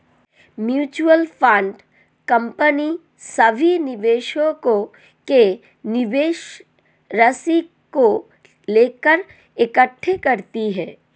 mutual fund company सभी निवेशकों के निवेश राशि को लेकर इकट्ठे करती है